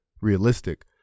realistic